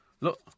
Look